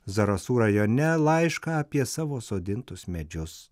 zarasų rajone laišką apie savo sodintus medžius